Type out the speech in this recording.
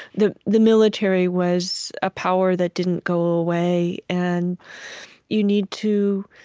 the the military was a power that didn't go away, and you need to